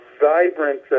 vibrant